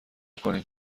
کنین